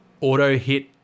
auto-hit